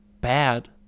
bad